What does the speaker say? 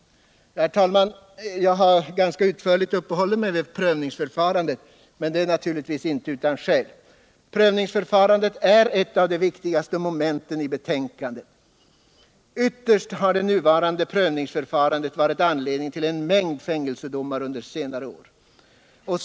Herr talman! Jag har ganska utförligt uppehållit mig vid prövningsförfarandet. Men det är naturligtvis inte utan skäl. Prövningsförfarandet är ett av de viktigaste momenten i betänkandet. Ytterst har det nuvarande prövningsförfarandet varit anledningen till en mängd fängelsedomar under senare år.